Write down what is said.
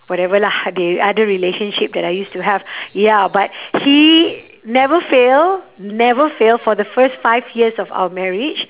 whatever lah the other relationship that I used to have ya but he never fail never fail for the first five years of our marriage